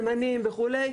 אלמנים וכו',